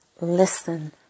Listen